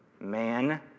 Man